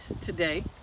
today